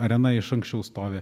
arena iš anksčiau stovi